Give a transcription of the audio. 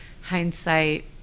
hindsight